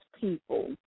people